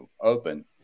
open